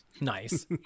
nice